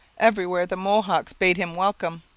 everywhere the mohawks bade him welcome.